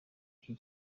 iki